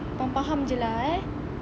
faham faham jer lah eh